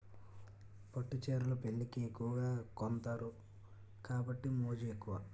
పట్టు చీరలు పెళ్లికి ఎక్కువగా కొంతారు కాబట్టి మోజు ఎక్కువ